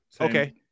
Okay